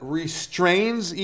restrains